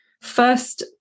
first